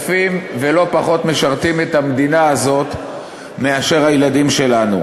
לא פחות יפים ולא פחות משרתים את המדינה הזאת מאשר הילדים שלנו,